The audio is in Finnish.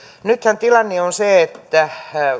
nythän tilanne on se että